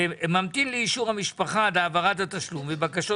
וממתין לאישור המשפחה להעברת התשלום ובקשות